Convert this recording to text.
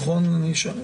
נכון?